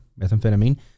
methamphetamine